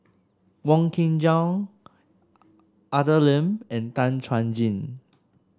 Wong Kin Jong Arthur Lim and Tan Chuan Jin